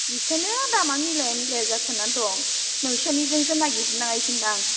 बिखायनो दामा मिलाया मिलाया जाथारनानै दं नोंसिनिजोंसो नागिर हैनायसै दां